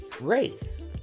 race